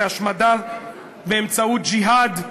להשמדה באמצעות ג'יהאד?